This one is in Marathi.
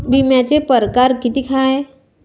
बिम्याचे परकार कितीक हाय?